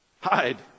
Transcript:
Hide